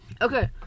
Okay